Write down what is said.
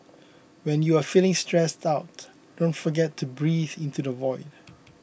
when you are feeling stressed out don't forget to breathe into the void